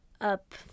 up